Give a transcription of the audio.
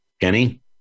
Kenny